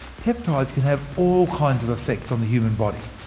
peptides can have all kinds of effects on the human body.